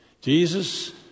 Jesus